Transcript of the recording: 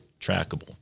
trackable